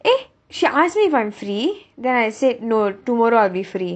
eh she ask me if I'm free then I said no tomorrow I'll be free